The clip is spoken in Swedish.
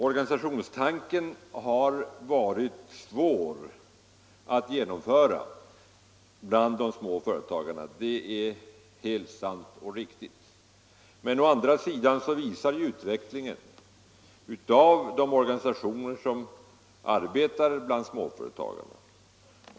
Organisationstanken har varit svår att genomföra bland de små företagarna — det är alldeles riktigt. Men å andra sidan har det skett en viss utveckling av de organisationer som arbetar bland småföretagarna.